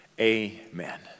Amen